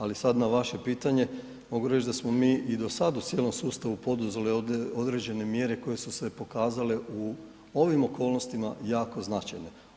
Ali sad na vaše pitanje mogu reći da smo mi i do sad u cijelom sustavu poduzeli određene mjere koje su se pokazale u ovim okolnostima jako značajne.